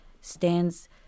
stands